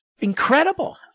incredible